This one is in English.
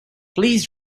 please